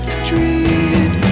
street